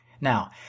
Now